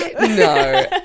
No